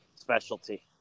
Specialty